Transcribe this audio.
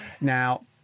Now